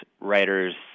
writer's